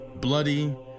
bloody